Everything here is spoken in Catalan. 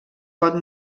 pot